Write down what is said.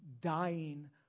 dying